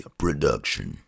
production